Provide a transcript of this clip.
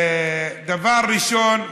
דבר ראשון,